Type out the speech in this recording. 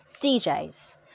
DJs